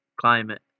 climate